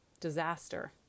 Disaster